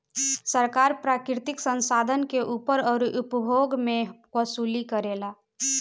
सरकार प्राकृतिक संसाधन के ऊपर अउरी उपभोग मे वसूली करेला